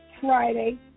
Friday